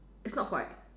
it's not fried